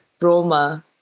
Roma